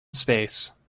space